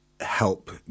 help